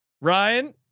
Ryan